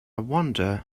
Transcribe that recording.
wonder